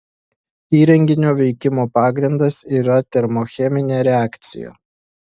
įrenginio veikimo pagrindas yra termocheminė reakcija